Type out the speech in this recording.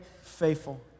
faithful